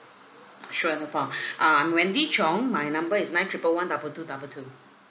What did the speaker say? sure no problem uh I'm wendy chong my number is nine triple one double two double two